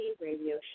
Radio